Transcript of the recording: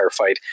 firefight